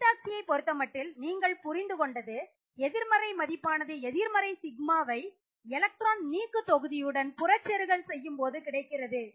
Methoxyயை பொருத்தமட்டில் நீங்கள் புரிந்து கொண்டது எதிர்மறை மதிப்பானது எதிர்மறை σ வை எலக்ட்ரான் நீக்கு தொகுதியுடன் புற செருகல் செய்யும்போது கிடைக்கிறது